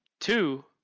Two